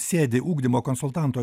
sėdi ugdymo konsultanto